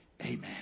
Amen